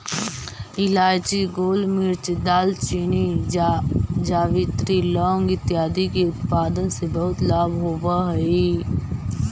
इलायची, गोलमिर्च, दालचीनी, जावित्री, लौंग इत्यादि के उत्पादन से बहुत लाभ होवअ हई